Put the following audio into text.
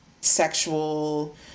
sexual